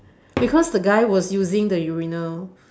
because the guy was using the urinal